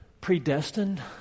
predestined